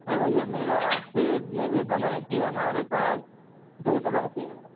अरे भईया मेरा आपसे निवेदन है कि हमारे पास दो सौ लड़के हैं